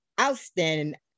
outstanding